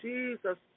Jesus